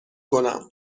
کنم